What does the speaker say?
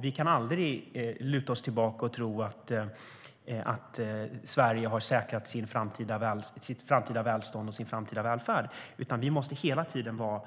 Vi kan aldrig luta oss tillbaka och tro att Sverige har säkrat sitt framtida välstånd och sin framtida välfärd, utan vi måste hela tiden vara